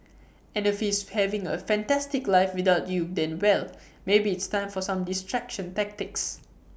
and if he's having A fantastic life without you then well maybe it's time for some distraction tactics